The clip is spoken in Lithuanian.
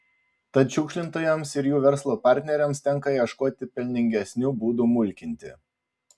tad šiukšlintojams ir jų verslo partneriams tenka ieškoti pelningesnių būdų mulkinti